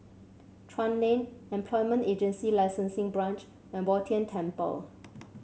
Chuan Lane Employment Agency Licensing Branch and Bo Tien Temple